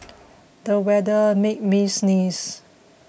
the weather made me sneeze